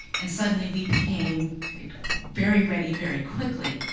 and suddenly, we became very ready very quickly.